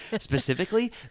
specifically